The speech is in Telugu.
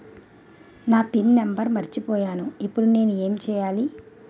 నా పిన్ నంబర్ మర్చిపోయాను ఇప్పుడు నేను ఎంచేయాలి?